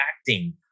acting